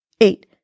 eight